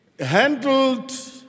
handled